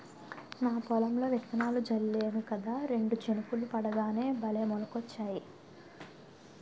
నా పొలంలో విత్తనాలు జల్లేను కదా రెండు చినుకులు పడగానే భలే మొలకలొచ్చాయి